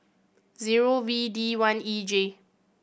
zero V D one E J